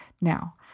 now